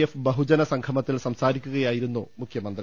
F ബഹുജന സംഗമത്തിൽ സംസാരിക്കുകയായിരുന്നു മുഖ്യമന്ത്രി